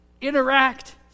interact